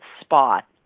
spot